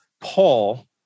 Paul